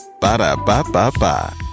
Ba-da-ba-ba-ba